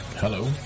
Hello